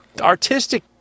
artistic